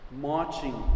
marching